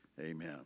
amen